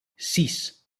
sis